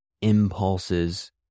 impulses